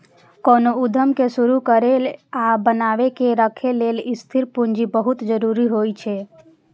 कोनो उद्यम कें शुरू करै आ बनाए के राखै लेल स्थिर पूंजी बहुत जरूरी होइ छै